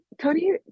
Tony